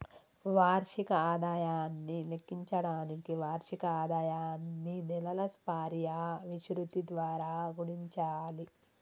వార్షిక ఆదాయాన్ని లెక్కించడానికి వార్షిక ఆదాయాన్ని నెలల సర్ఫియా విశృప్తి ద్వారా గుణించాలి